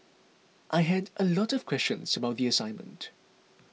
I had a lot of questions about the assignment